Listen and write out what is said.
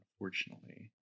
Unfortunately